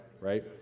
right